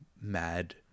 mad